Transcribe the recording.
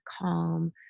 calm